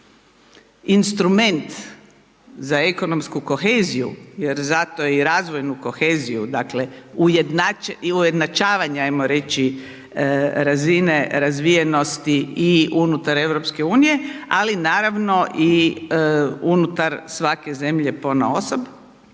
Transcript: instrument za ekonomski koheziju jer zato i razvoju koheziju dakle i ujednačavanja ajmo reći razine razvijenosti i unutar EU-a, ali naravno i unutar svake zemlje ponaosob